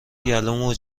گلومو